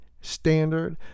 standard